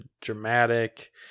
dramatic